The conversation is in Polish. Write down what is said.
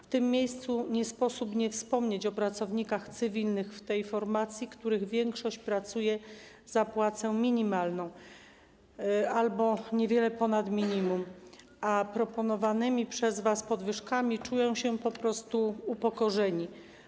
W tym miejscu nie sposób nie wspomnieć o pracownikach cywilnych tej formacji, których większość pracuje za płacę minimalną albo otrzymuje niewiele ponad minimum, a którzy proponowanymi przez was podwyżkami czują się upokorzeni.